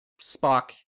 Spock